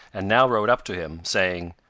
and now rode up to him, saying,